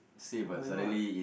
oh-my-god